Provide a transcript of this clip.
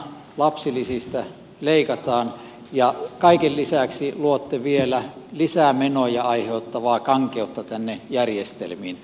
lapsilisistä leikataan ja kaiken lisäksi luotte vielä lisää menoja aiheuttavaa kankeutta tänne järjestelmiin